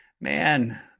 man